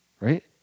right